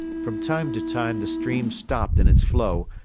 from time to time the stream stopped in its flow,